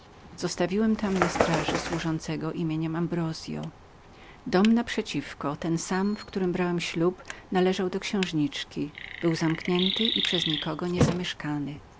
zostawiłem tam na straży służącego nazwiskiem ambrozio dom naprzeciwko ten sam w którym ślub brałem należał do księżniczki był zamknięty i przez nikogo nie zamieszkany